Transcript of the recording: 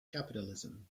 capitalism